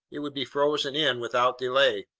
it would be frozen in without delay.